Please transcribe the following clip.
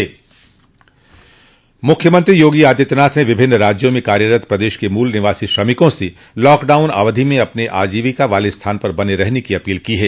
मुख्यमंत्री योगी आदित्यनाथ ने विभिन्न राज्यों में कार्यरत प्रदेश के मूल निवासी श्रमिकों से लॉकडाउन अवधि में अपने आजीविका वाले स्थान पर बने रहने की अपील की है